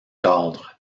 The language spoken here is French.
cadre